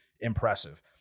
impressive